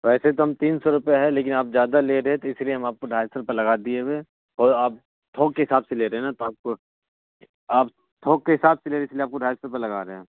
ویسے تو ہم تین سو روپے ہے لیکن آپ زیادہ لے رہے ہیں تو اس لیے ہم آپ کو ڈھائی سو روپے لگا دیے ہوئے اور آپ تھوک کے حساب سے لے رہے ہیں نا تو آپ کو آپ تھوک کے حساب سے لے رہے اس لیے آپ کو ڈھائی سو روپے لگا رہے ہیں